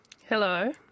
Hello